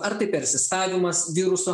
ar tai persistavimas viruso